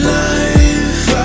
life